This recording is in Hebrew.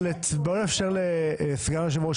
אני רק אומר שתחושתי הסובייקטיבית,